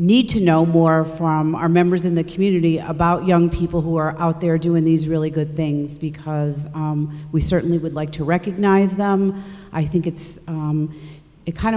need to know more from our members in the community about young people who are out there doing these really good things because we certainly would like to recognize them i think it's kind of